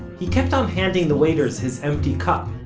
he kept on handing the waiters his empty cup,